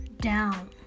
down